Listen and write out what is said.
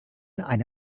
eine